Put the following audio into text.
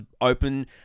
open